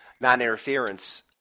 non-interference